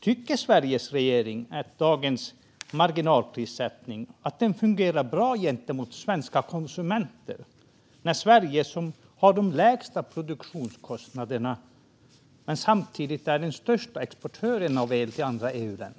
Tycker Sveriges regering att dagens marginalprissättning fungerar bra gentemot svenska konsumenter när Sverige som har de lägsta produktionskostnaderna samtidigt är den största exportören av el till andra EU-länder?